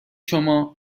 شما